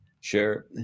Sure